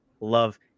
love